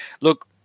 look